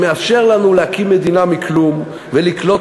שמאפשר לנו להקים מדינה מכלום ולקלוט